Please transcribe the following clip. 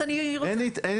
אז אני רוצה --- אין התעקשות.